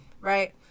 right